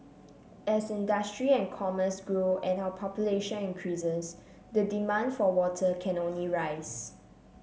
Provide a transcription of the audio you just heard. as industry and commerce grow and our population increases the demand for water can only rise